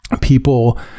people